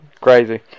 Crazy